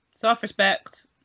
Self-respect